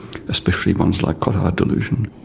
especially ones like cotard delusion.